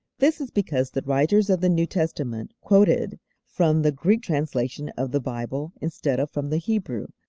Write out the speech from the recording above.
this is because the writers of the new testament quoted from the greek translation of the bible instead of from the hebrew.